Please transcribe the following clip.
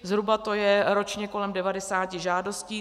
Zhruba to je ročně kolem 90 žádostí.